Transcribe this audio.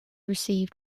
received